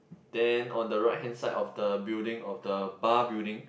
then on the right hand side of the building of the bar building